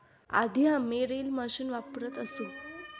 आधी आम्ही reel machine वापरत असू